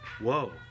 Whoa